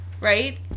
Right